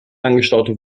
angestaute